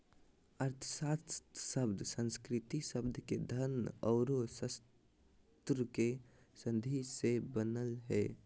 अर्थशास्त्र शब्द संस्कृत शब्द के धन औरो शास्त्र के संधि से बनलय हें